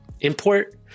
import